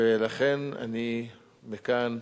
ולכן, אני מכאן,